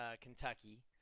Kentucky